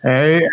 Hey